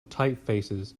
typefaces